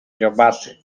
dziobaty